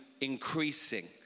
increasing